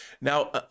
Now